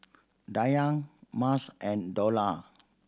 Dayang Mas and Dollah